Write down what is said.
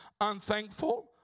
unthankful